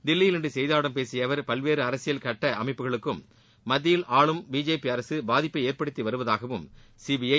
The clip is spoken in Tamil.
தில்லியில் இன்று செய்தியாளர்களிடம் பேசிய அவர் பல்வேறு அரசியல் சட்ட அமைப்புகளுக்கும் மத்தியில் ஆளும் பிஜேபி அரசு பாதிப்பை ஏற்படுத்தி வருவதாகவும் சிபிஐ